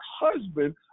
husband